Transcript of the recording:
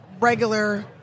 regular